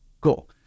cool